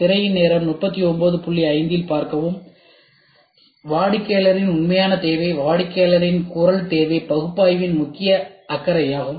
திரையின் நேரம் 3905 இல் பார்க்கவும் எனவே வாடிக்கையாளரின் உண்மையான தேவை வாடிக்கையாளரின் குரல் தேவை பகுப்பாய்வின் முக்கிய அக்கறையாகும்